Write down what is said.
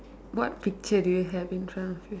what picture do you have in front of you